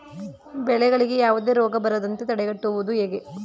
ಬೆಳೆಗಳಿಗೆ ಯಾವುದೇ ರೋಗ ಬರದಂತೆ ತಡೆಗಟ್ಟುವುದು ಹೇಗೆ?